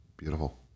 beautiful